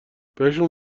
بهشون